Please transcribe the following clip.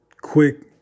quick